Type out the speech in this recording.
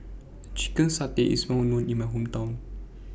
Chicken Satay IS Well known in My Hometown